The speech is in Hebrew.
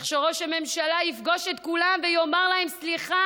צריך שראש הממשלה יפגוש את כולם ויאמר להם סליחה